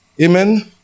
amen